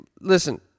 listen